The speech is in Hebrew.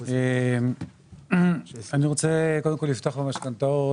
אני רוצה לפתוח במשכנתאות.